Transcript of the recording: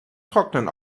trocknen